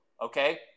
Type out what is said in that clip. Okay